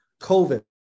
COVID